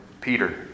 Peter